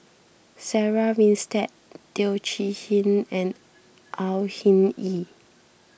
Sarah Winstedt Teo Chee Hean and Au Hing Yee